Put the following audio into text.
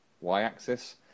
y-axis